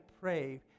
pray